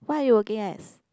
what are you working as